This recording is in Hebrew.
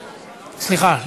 סליחה,